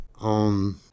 on